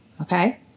okay